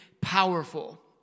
powerful